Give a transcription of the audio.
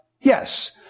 Yes